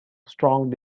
strong